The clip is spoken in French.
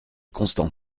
constant